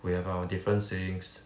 we have our different sayings